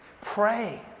Pray